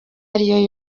ariyo